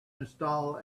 install